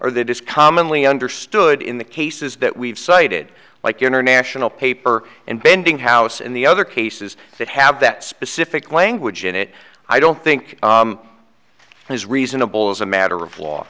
or that is commonly understood in the cases that we've cited like international paper and bending house in the other cases that have that specific language in it i don't think it is reasonable as a matter of law